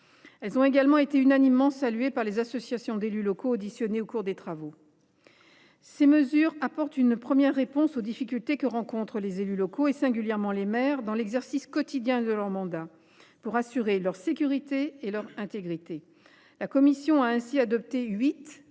Elles ont également été unanimement saluées par les associations d’élus locaux auditionnées au cours de mes travaux. Ces mesures apportent une première réponse aux difficultés que rencontrent les élus locaux, singulièrement les maires, dans l’exercice quotidien de leur mandat pour assurer leur sécurité et leur intégrité. La commission a ainsi adopté huit des